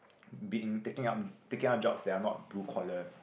being taking up taking up jobs that are not blue collar